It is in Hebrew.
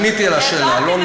את צריכה להעביר